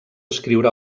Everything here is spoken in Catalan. escriure